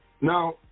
Now